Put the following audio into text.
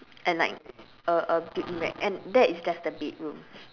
and like a a beanbag and that is just the bedroom